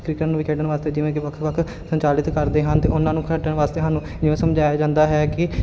cricket ਨੂੰ ਵੀ ਖੇਡਣ ਵਾਸਤੇ ਜਿਵੇਂ ਕਿ ਵੱਖ ਵੱਖ ਸੰਚਾਲਿਤ ਕਰਦੇ ਹਨ ਅਤੇ ਉਹਨਾਂ ਨੂੰ ਖੇਡਣ ਵਾਸਤੇ ਸਾਨੂੰ ਜਿਵੇਂ ਸਮਝਾਇਆ ਜਾਂਦਾ ਹੈ ਕਿ